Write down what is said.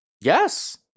Yes